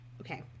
okay